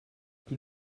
plus